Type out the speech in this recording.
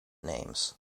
names